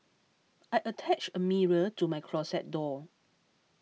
I attached a mirror to my closet door